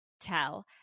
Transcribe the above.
tell